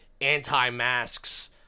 anti-masks